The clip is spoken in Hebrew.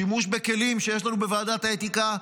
שימוש בכלים שיש לנו בוועדת האתיקה,